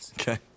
Okay